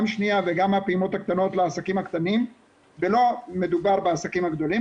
גם שניה וגם הפעימות הקטנות לעסקים הקטנים ולא מדובר בעסקים הגדולים,